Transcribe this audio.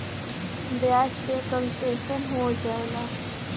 ब्याज पे कन्सेसन हो जाला